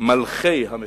מלכי המפספסים,